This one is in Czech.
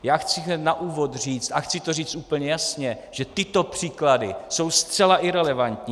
Já chci hned na úvod říct, a chci to říct úplně jasně, že tyto příklady jsou zcela irelevantní.